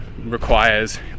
requires